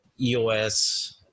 EOS